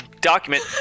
Document